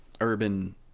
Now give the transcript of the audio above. urban